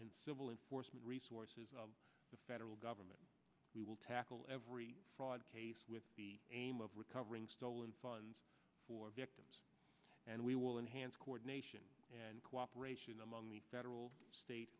and civil enforcement resources of the federal government we will tackle every fraud case with b aim of recovering stolen funds for victims and we will enhance coordination and cooperation among the federal state